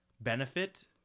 benefit